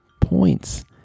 points